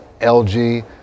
LG